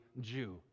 Jew